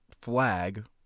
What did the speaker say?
flag